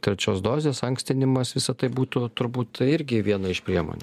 trečios dozės ankstinimas visa tai būtų turbūt irgi viena iš priemonių